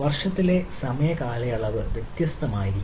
വർഷത്തിലെ സമയ കാലയളവ് വ്യത്യസ്തമായിരിക്കും